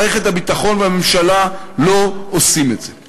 מערכת הביטחון והממשלה לא עושים את זה.